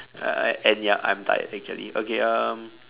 uh and yup I'm tired actually okay um